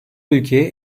ülkeye